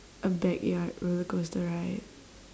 a backyard roller coaster ride